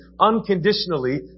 unconditionally